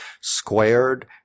squared